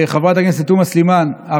חברת הכנסת תומא סלימאן,